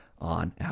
on